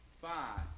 five